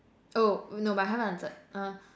oh no but I haven't answered uh